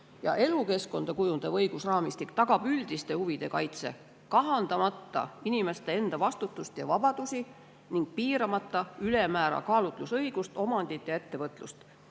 Elukeskkonda kujundav õigusraamistik tagab üldiste huvide kaitse, kahandamata inimeste endi vastutust ja vabadusi ning piiramata ülemäära kaalutlusõigust, omandit ja ettevõtlust."